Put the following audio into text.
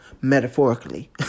metaphorically